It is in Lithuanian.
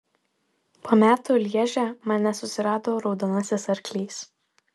po metų lježe mane susirado raudonasis arklys